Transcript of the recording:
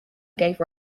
gave